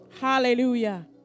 Hallelujah